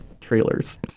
trailers